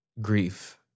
grief